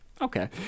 Okay